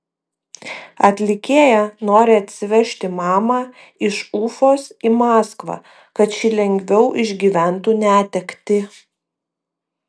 atlikėja nori atsivežti mamą iš ufos į maskvą kad ši lengviau išgyventų netektį